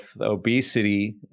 obesity